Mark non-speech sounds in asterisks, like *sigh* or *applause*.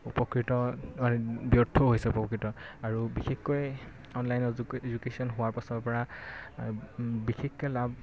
উপকৃত ব্যৰ্থও হৈছে উপকৃত আৰু বিশেষকৈ অনলাইন *unintelligible* এডুকেশ্যন হোৱাৰ পাছৰ পৰা বিশেষকৈ লাভ